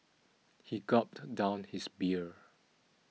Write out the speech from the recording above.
he gulped down his beer